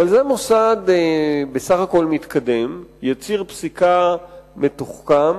אבל זה מוסד בסך הכול מתקדם, יציר פסיקה מתוחכם,